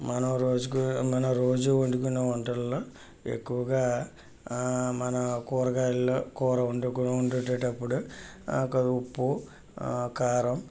మనం రోజుకు మనం రోజు వండుకునే వంటల్లో ఎక్కువగా మన కూరగాయల్లో కూర వండు కూర వండుకునేటప్పుడు ఒక ఉప్పు కారం